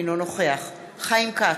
אינו נוכח חיים כץ,